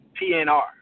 PNR